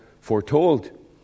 foretold